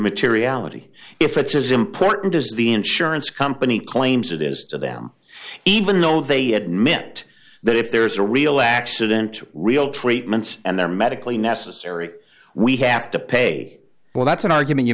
materiality if it's as important as the in surance company claims it is to them even though they admit that if there's a real accident to real treatments and they're medically necessary we have to pay well that's an argument you